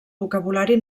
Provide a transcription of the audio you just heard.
vocabulari